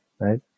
right